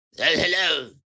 Hello